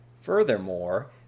Furthermore